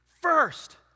first